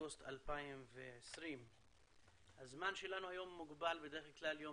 באוגוסט 2020. הזמן שלנו מוגבל ביום